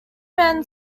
men